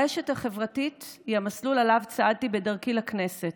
הרשת החברתית היא המסלול שעליו צעדתי בדרכי לכנסת,